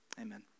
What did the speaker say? amen